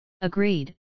Agreed